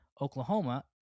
Oklahoma